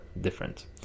different